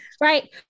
right